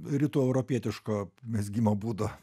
rytų europietiško mezgimo būdo